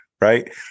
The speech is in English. Right